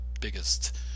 biggest